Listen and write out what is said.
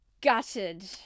gutted